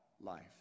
life